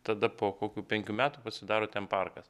tada po kokių penkių metų pasidaro ten parkas